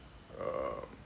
err